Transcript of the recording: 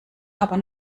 aber